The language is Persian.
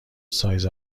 سایز